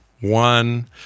one